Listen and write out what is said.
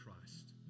Christ